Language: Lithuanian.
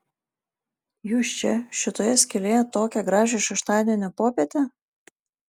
jūs čia šitoje skylėje tokią gražią šeštadienio popietę